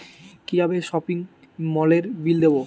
কিভাবে সপিং মলের বিল দেবো?